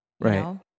Right